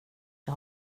jag